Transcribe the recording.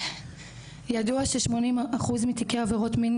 ידוע ששמונים אחוז מתיקי עבירות מין,